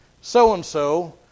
so-and-so